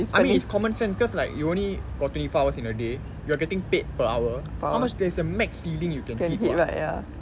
I mean it's common sense because like you only got twenty four hours in a day you are getting paid per hour how much there's a max ceiling you can hit ][what]